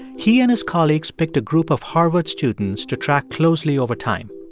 he and his colleagues picked a group of harvard students to track closely over time.